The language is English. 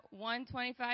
1:25